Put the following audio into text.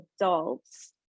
adults